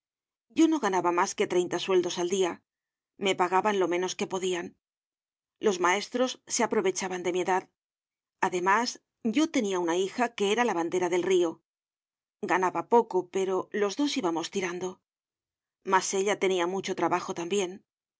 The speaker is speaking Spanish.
yo no ganaba mas que treinta sueldos al dia me pagaban lo menos que podian los maestros se aprovechaban de mi edad además yo tenia una hija que era lavandera del rio ganaba poco pero los dos íbamos tirando mas ella tenia mucho trabajo tambien